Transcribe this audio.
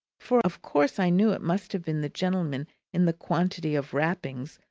for of course i knew it must have been the gentleman in the quantity of wrappings,